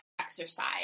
exercise